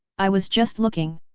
i was just looking.